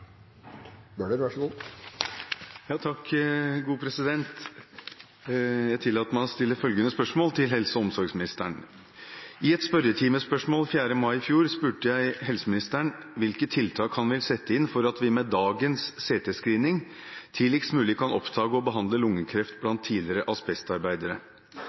til helse- og omsorgsministeren: «I et spørretimespørsmål 25. mai i fjor spurte jeg helseministeren hvilke tiltak han vil sette inn for at vi med dagens CT-screening tidligst mulig kan oppdage og behandle lungekreft blant tidligere asbestarbeidere.